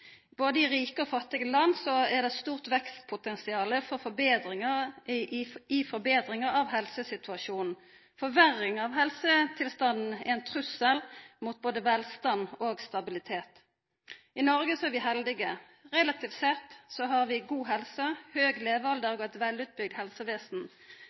Både i rike og fattige land er det eit stort vekstpotensial når det gjeld forbetring av helsesituasjonen. Forverring av helsetilstanden er ein trussel mot både velstand og stabilitet. I Noreg er vi heldige. Relativt sett har vi god helse, høg levealder